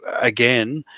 again